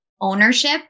ownership